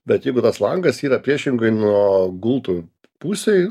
bet jeigu tas langas yra priešingoj nuo gultų pusėj